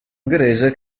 ungherese